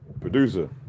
Producer